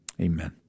Amen